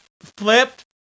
flipped